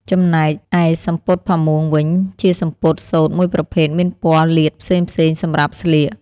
ចំណែកឯសំពត់ផាមួងវិញ ជាសំពត់សូត្រមួយប្រភេទមានព័ណ៌លាតផ្សេងៗសម្រាប់ស្លៀក។